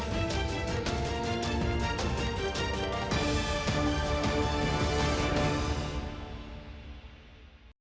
дякую.